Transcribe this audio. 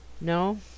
No